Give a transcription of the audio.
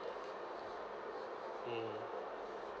mm